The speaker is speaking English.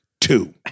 two